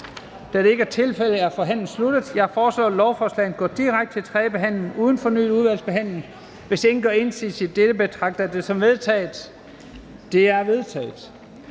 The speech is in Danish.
Da det ikke er tilfældet, er forhandlingen sluttet. Jeg foreslår, at lovforslagene går direkte til tredje behandling uden fornyet udvalgsbehandling. Hvis ingen gør indsigelse, betragter jeg det som vedtaget. Det er vedtaget.